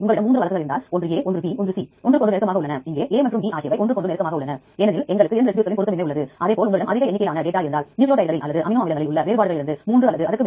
இது EMBL பின்னர் SIB மற்றும் PIR ற்கு இடையிலான உடன் உழைப்பு ஆகும்